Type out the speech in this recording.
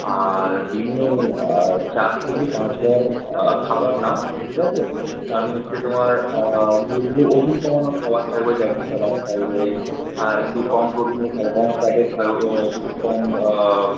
আর দিনে চার থেকে পাঁচ বার খাবার নাও ঠিক আছে তার মধ্যে তোমার ধীরে ধীরে ওজন কমানোর খাবার থাকবে যেমন স্যালাড থাকবে একটু কম প্রোটিনের আর কম ফ্যাটের